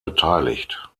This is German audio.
beteiligt